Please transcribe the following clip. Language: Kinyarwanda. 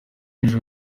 ejo